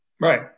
right